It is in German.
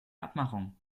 abmachung